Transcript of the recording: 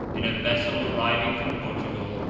in a vessel arriving from portugal,